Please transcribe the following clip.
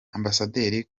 ambasaderi